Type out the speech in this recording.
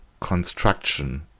construction